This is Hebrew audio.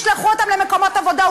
ישלחו אותם למקומות עבודה,